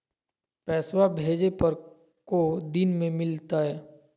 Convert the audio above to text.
पैसवा भेजे पर को दिन मे मिलतय?